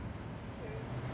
okay